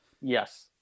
yes